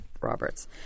Roberts